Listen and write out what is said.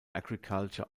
agriculture